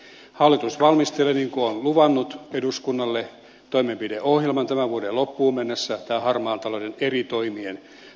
hallitus valmistelee niin kuin on luvannut eduskunnalle toimenpideohjelman tämän vuoden loppuun mennessä harmaan talouden eri toimien tavoitteista